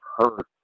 hurt